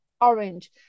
orange